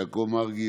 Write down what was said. יעקב מרגי,